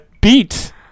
beat